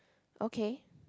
okay